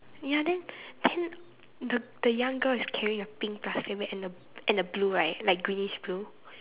ya then then the the young girl is carrying a pink plastic bag and the and the blue right like greenish blue